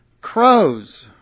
crows